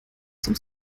zum